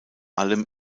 allem